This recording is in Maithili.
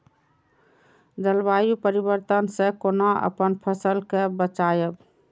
जलवायु परिवर्तन से कोना अपन फसल कै बचायब?